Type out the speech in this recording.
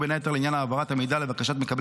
ובין היתר לעניין העברת המידע לבקשת מקבל